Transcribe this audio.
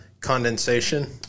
condensation